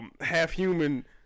half-human